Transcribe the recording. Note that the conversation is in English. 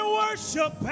worship